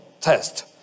test